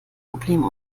probleme